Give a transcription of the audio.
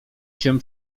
się